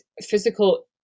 physical